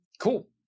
Cool